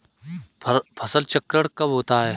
फसल चक्रण कब होता है?